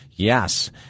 Yes